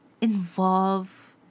involve